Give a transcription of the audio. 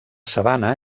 sabana